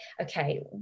okay